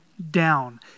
down